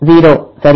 0 சரி